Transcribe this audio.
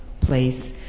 place